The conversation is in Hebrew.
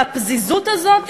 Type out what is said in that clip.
והפזיזות הזאת,